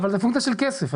זאת פונקציה של כסף.